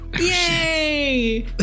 yay